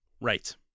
Right